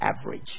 average